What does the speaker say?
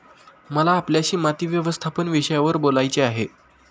मला आपल्याशी माती व्यवस्थापन विषयावर बोलायचे आहे